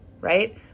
right